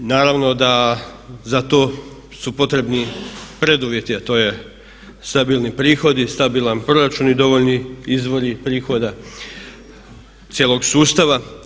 Naravno da za to su potrebni preduvjeti a to je stabilni prihodi, stabilan proračun i dovoljni izvori prihoda cijelog sustava.